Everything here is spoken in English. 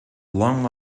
long